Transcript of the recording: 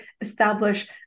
establish